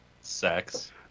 sex